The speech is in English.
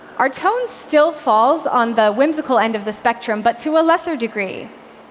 our tone still falls on the whimsical end of the spectrum, but to a lesser degree.